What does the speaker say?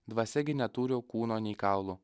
dvasia gi neturi kūno nei kaulų